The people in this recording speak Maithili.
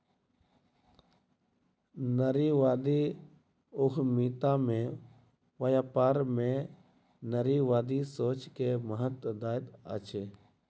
नारीवादी उद्यमिता में व्यापार में नारीवादी सोच के महत्त्व दैत अछि